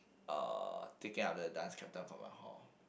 uh taking up the dance captain for my hall